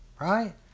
right